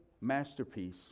masterpiece